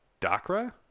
Dakra